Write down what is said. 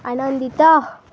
ଆନନ୍ଦିତ